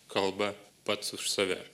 kalba pats už save